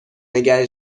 نگه